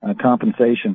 compensation